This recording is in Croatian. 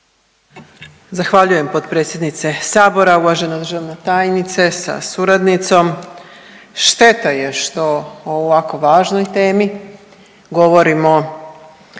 Zahvaljujem potpredsjednice sabora. Uvažena državna tajnice sa suradnicom, šteta je što o ovako važnoj temi govorimo